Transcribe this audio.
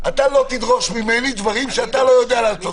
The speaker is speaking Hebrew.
אתה לא תדרוש ממני דברים שאתה לא יודע לעשות אותם.